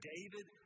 David